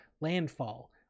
Landfall